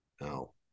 No